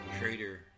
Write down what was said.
Trader